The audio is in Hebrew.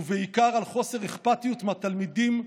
ובעיקר, חוסר אכפתיות מהתלמידים,